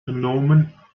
genomen